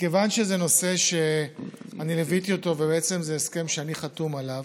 מכיוון שזה נושא שליוויתי וזה הסכם שאני חתום עליו,